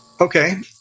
Okay